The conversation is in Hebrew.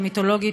המיתולוגית,